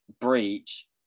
breach